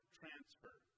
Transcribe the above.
transfer